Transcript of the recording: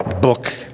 Book